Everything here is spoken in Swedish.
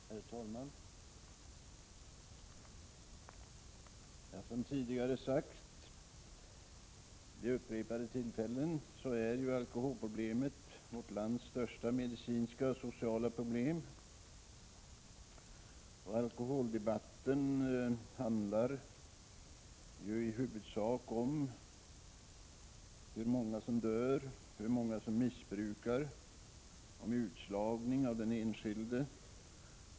Herr talman! Som tidigare sagts vid upprepade tillfällen är alkoholproblemet vårt lands största medicinska och sociala problem. Alkoholdebatten handlar ju i huvudsak om hur många som dör, hur många som missbrukar alkohol och om utslagning av den enskilde.